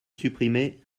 supprimez